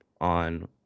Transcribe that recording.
on